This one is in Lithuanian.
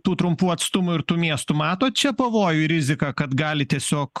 tų trumpų atstumų ir tų miestų matot čia pavojų ir riziką kad gali tiesiog